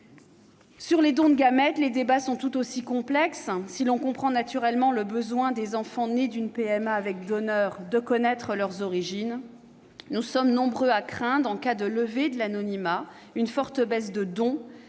Sur les dons de gamètes, les débats sont tout aussi complexes. Si l'on comprend naturellement le besoin des enfants nés d'une PMA avec donneur de connaître leurs origines, nous sommes nombreux à craindre une forte baisse des dons